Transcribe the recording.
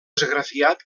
esgrafiat